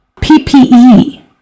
PPE